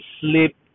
sleep